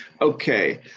Okay